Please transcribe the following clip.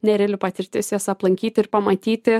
nereali patirtis juos aplankyt ir pamatyti